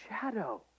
shadow